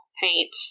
paint